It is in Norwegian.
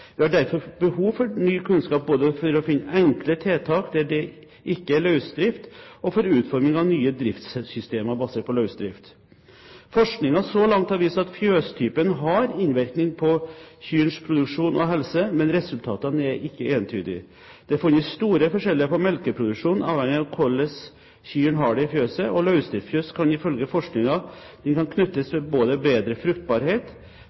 Vi har derfor behov for ny kunnskap både for å finne enkle tiltak der det ikke er løsdrift, og for utformingen av nye driftsystemer basert på løsdrift. Forskning så langt har vist at fjøstypen har innvirkning på kyrnes produksjon og helse, men resultatene er ikke entydige. Det er funnet store forskjeller på melkeproduksjon avhengig av hvordan kyrne har det i fjøset, og løsdriftsfjøs kan ifølge forskningen knyttes til bedre fruktbarhet,